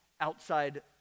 outside